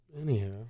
anyhow